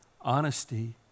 Honesty